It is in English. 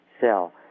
sell